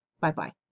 Bye-bye